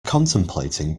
contemplating